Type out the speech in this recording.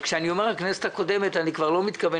כשאני אומר "הכנסת הקודמת" אני לא מתכוון